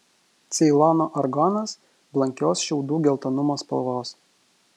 ceilono argonas blankios šiaudų geltonumo spalvos